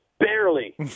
barely